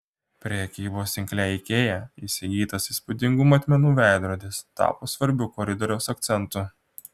prekybos tinkle ikea įsigytas įspūdingų matmenų veidrodis tapo svarbiu koridoriaus akcentu